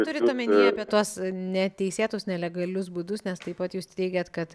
turit omenyje apie tuos neteisėtus nelegalius būdus nes taip pat jūs teigiat kad